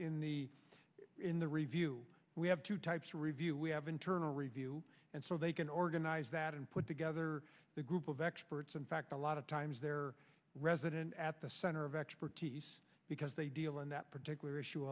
in the in the review we have two types to review we have internal review and so they can organize that and put together the group of experts in fact a lot of times they're resident at the center of expertise because they deal in that particular issue